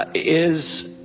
is